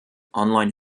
online